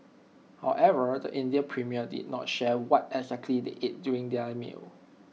however the Indian premier did not share what exactly they ate during their meal